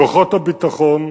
כוחות הביטחון,